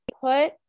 put